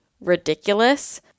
ridiculous